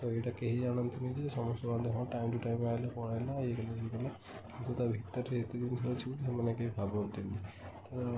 ଏଇଟା କେହି ଜାଣନ୍ତିନି ଯେ ସମସ୍ତେ ଭାବନ୍ତି ହଁ ଟାଇମ୍ ଟୁ ଟାଇମ୍ ବାହାରିଲା ପଳାଇଲା ଇଏ କଲା ସିଏ କଲା କିନ୍ତୁ ତା ଭିତରେ ଏତେ ଜିନିଷ ଅଛି ବୋଲି ସେମାନେ କେହି ଭାବନ୍ତିନି ତ